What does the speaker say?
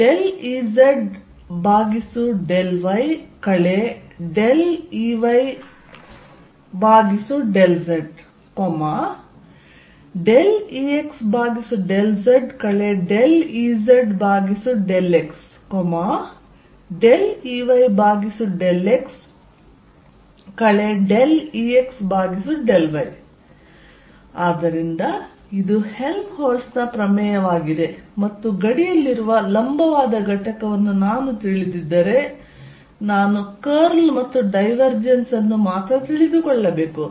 Curl Ezδy Eyδz Exδz Ezδx Eyδx Exδy ಆದ್ದರಿಂದ ಇದು Helmholtz Helmholtzs ನ ಪ್ರಮೇಯವಾಗಿದೆ ಮತ್ತು ಗಡಿಯಲ್ಲಿರುವ ಲಂಬವಾದ ಘಟಕವನ್ನು ನಾನು ತಿಳಿದಿದ್ದರೆ ನಾನು ಕರ್ಲ್ ಮತ್ತು ಡೈವರ್ಜೆನ್ಸ್ ಅನ್ನು ಮಾತ್ರ ತಿಳಿದುಕೊಳ್ಳಬೇಕು